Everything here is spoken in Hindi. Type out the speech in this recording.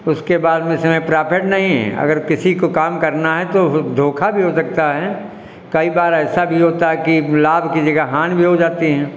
उसके बाद में प्रॉफिट नहीं है अगर किसी को काम करना है तो फिर धोखा भी हो सकता है कई बार ऐसा भी होता है कि लाभ की जगह हानि भी हो जाती हैं